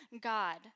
God